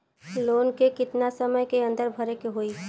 Loan के कितना समय के अंदर भरे के होई?